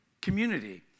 community